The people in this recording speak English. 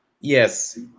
yes